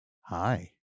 Hi